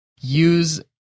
use